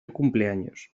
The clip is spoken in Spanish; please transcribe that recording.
cumpleaños